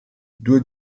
due